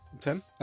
Ten